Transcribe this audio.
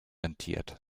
rentiert